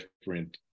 different